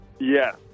Yes